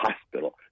hospital